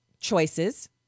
choices